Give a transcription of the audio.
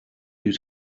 yüz